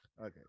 Okay